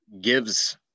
gives